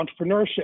entrepreneurship